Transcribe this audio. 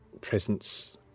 presence